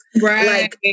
right